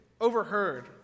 overheard